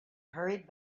hurried